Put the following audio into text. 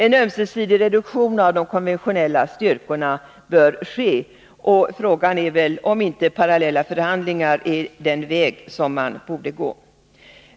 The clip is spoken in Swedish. En ömsesidig reduktion av de konventionella styrkorna bör ske, och frågan är väl om inte parallella förhandlingar är den väg som man borde gå.